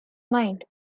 mind